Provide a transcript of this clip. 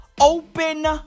Open